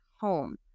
home